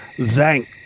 thank